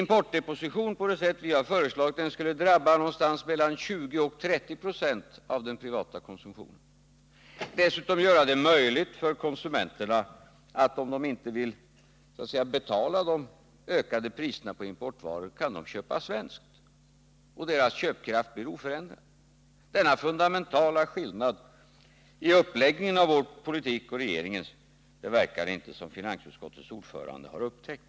Importdepositioner sådana som vi har föreslagit skulle drabba 20-30 26 av den privata konsumtionen och dessutom göra det möjligt för konsumenterna att behålla oförändrad köpkraft genom att köpa svenskt, om de inte vill betala de höjda priserna på importvarorna. Denna fundamentala skillnad i uppläggningen mellan vår politik och regeringens verkar det inte som om finansutskottets ordförande hade upptäckt.